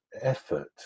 effort